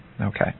Okay